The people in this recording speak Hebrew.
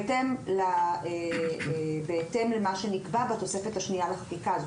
כולם בהתאם למה שנקבע בתוספת השנייה לחקיקה הזו.